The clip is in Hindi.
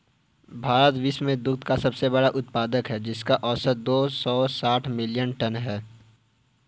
भारत विश्व में दुग्ध का सबसे बड़ा उत्पादक है, जिसका औसत दो सौ साठ मिलियन टन है